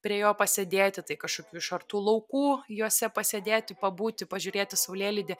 prie jo pasėdėti tai kažkokių išartų laukų juose pasėdėti pabūti pažiūrėti saulėlydį